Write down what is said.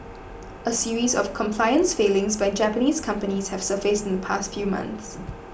a series of compliance failings by Japanese companies have surfaced in the past few months